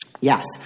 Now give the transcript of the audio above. yes